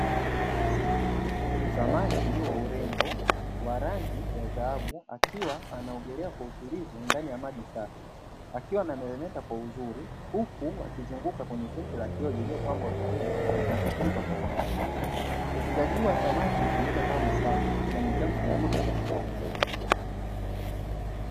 Samaki wa urembo wa rangi ya dhahabu akiwa anaongelea kwa utulivu ndani ya maji safi akiwa anameremeta kwa uzuri huku wakizunguka kwenye la kioo lililopambwa vizuri na kufunza kwa uangaliefu Ufugaji wa samaki hutumika kama mapambo na ni chanzo kizuri cha kipato.